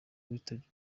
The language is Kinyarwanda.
witabye